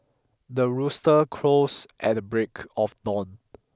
the rooster crows at the break of dawn